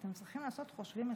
אתם צריכים לעשות חושבים מחדש,